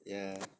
ya